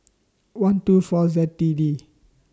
one two four Z T D